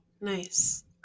Nice